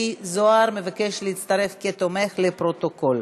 שני חברי כנסת מתנגדים,